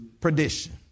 perdition